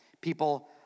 People